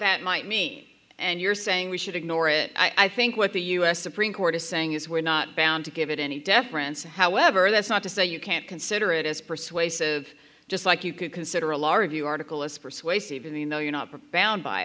that might mean and you're saying we should ignore it i think what the u s supreme court is saying is we're not bound to give it any deference however that's not to say you can't consider it as persuasive just like you could consider a large view article as persuasive in the know you're not propound by